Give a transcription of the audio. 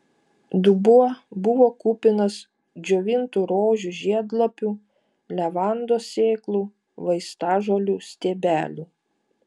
dubuo buvo kupinas džiovintų rožių žiedlapių levandos sėklų vaistažolių stiebelių